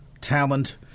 talent